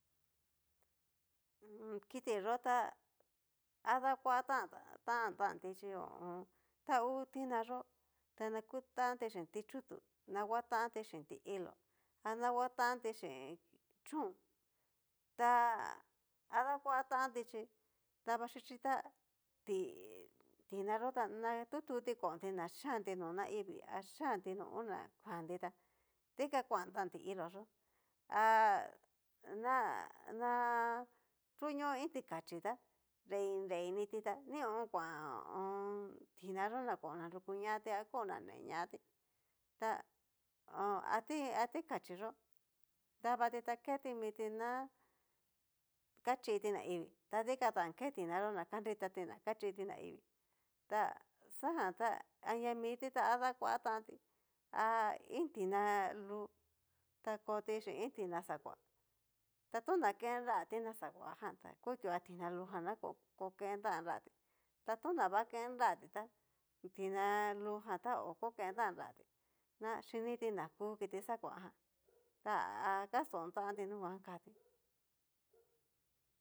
Kiti yó ha dakua tantan tantanti xhi ho o on. ta ngu ti'ná yó ta na kutanti xhin ti chutú na nguatanti xhin ti'ilo, ana nguatanti chín chón, ta adakuatanti chí davaxhichí ta ti tina yó tana tututí konti na yianti no na ivii a yianti no una kuanti tá, dikan kuantan ti'ilo yó ha na ná nruño iin tikaxhi tá nrei nrei nitita nión kuan tina yó, na kon nanrukuñati a kon nadeñati ta ho a ti ati kachi yó, davati ta keti miti ná kaxhití naivii, ta dikan ta ke tinayó na kanritati na kachiti naivi ta xajan tá aria miti tá dakua tanto ha iin tina lú, ta koti xin iin tina xakua, ta tona keen nrá tina xakuajan ta kutua tina lújan na koken tan nrátí, ta nona va ken nratí tá tina lú jan ta ho ko ken tan nratí na xhiniti na ku kiti xakuajan ta a kaston tanti nukuan kati.